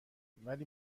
ولی